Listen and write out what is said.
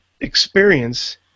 experience